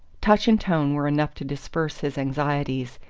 touch and tone were enough to disperse his anxieties,